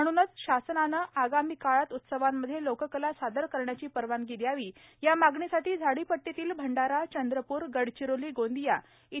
म्हणूनच शासनानं आगामी काळात उत्सवांमध्ये लोककला सादर करण्याची परवानगी द्यावी ह्या मागणीसाठी झाडीपट्टीतील भंडारा चंद्रप्र गडचिरोली गोंदिया इ